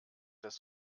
das